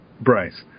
Bryce